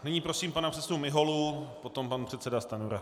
Nyní prosím pana předsedu Miholu, potom pan předseda Stanjura.